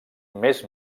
més